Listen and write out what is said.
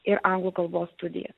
ir anglų kalbos studijas